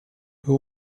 who